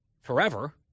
forever